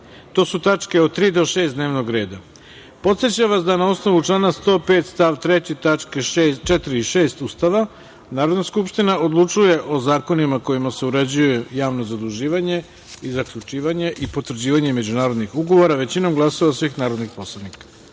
(tačke od 3. do 6. dnevnog reda), podsećam vas da na osnovu člana 105. stav 3. tačke 4. i 6. Ustava Narodna skupština odlučuje o zakonima kojima se uređuje javno zaduživanje i zaključivanje i potvrđivanje međunarodnih ugovora većinom glasova svih narodnih poslanika. Imajući